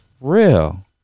real